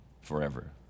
forever